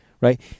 right